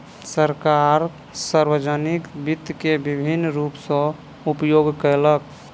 सरकार, सार्वजानिक वित्त के विभिन्न रूप सॅ उपयोग केलक